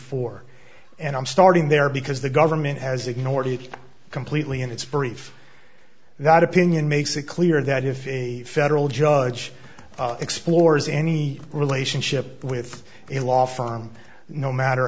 four and i'm starting there because the government has ignored it completely and it's brief that opinion makes it clear that if a federal judge explores any relationship with a law firm no matter